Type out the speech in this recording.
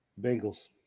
Bengals